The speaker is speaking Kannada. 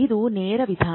ಇದು ನೇರ ವಿಧಾನ